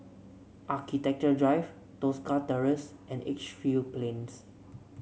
Architecture Drive Tosca Terrace and Edgefield Plains